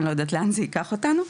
אני לא יודעת לאן זה ייקח אותנו.